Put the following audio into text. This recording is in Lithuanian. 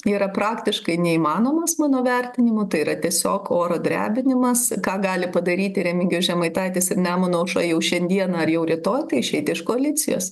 yra praktiškai neįmanomas mano vertinimu tai yra tiesiog oro drebinimas ką gali padaryti remigijus žemaitaitis ir nemuno aušra jau šiandien ar jau rytoj tai išeiti iš koalicijos